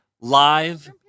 live